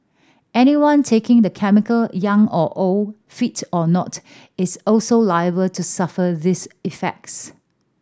anyone taking the chemical young or old fit or not is also liable to suffer these effects